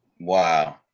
Wow